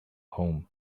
home